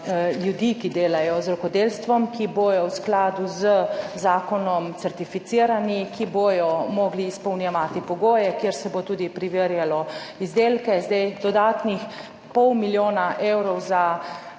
ljudi, ki delajo z rokodelstvom, ki bodo v skladu z zakonom certificirani, ki bodo mogli izpolnjevati pogoje, kjer se bo tudi preverjalo izdelke. Zdaj dodatnih pol milijona evrov za